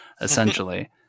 essentially